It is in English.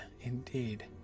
Indeed